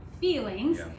feelings